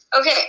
okay